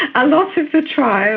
a lot of the trials